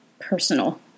personal